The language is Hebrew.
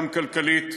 גם כלכלית,